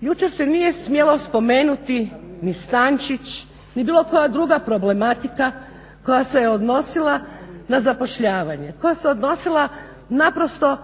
Jučer se nije smjelo spomenuti ni stančić, ni bilo koja druga problematika koja se je odnosila na zapošljavanje, koja se odnosila naprosto